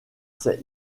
ses